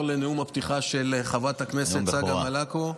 לנאום הפתיחה של חברת הכנסת צגה מלקו.